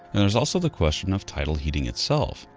and there's also the question of tidal heating itself,